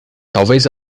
talvez